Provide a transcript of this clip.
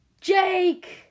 Jake